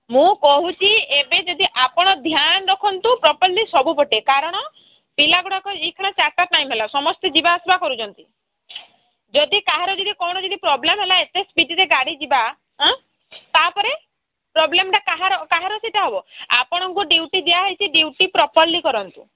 ମୁଁ କହୁଛି ଏବେ ଯଦି ଆପଣ ଧ୍ୟାନ ରଖନ୍ତୁ ପ୍ରପର୍ଲି ସବୁପଟେ କାରଣ ପିଲାଗୁଡ଼ାକ ଏଇ ଖରା ଚାରିଟା ଟାଇମ୍ ହେଲା ସମସ୍ତେ ଯିବା ଆସିବା କରୁଛନ୍ତି ଯଦି କାହାର ଯଦି କ'ଣ ଯଦି ପ୍ରୋବ୍ଲେମ୍ ହେଲା ଏତେ ସ୍ପିଡ଼ରେ ଗାଡ଼ି ଯିବା ହଁ ତାପରେ ପ୍ରୋବ୍ଲେମଟା କାହାର କାହାର ସେଇଟା ହେବ ଆପଣଙ୍କୁ ଡ୍ୟୁଟି ଦିଆହୋଇଛି ଡ୍ୟୁଟି ପ୍ରପର୍ଲି କରନ୍ତୁ